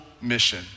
mission